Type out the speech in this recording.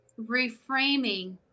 reframing